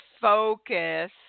focus